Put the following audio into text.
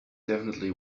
definitely